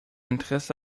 interesse